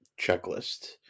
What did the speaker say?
checklist